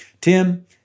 Tim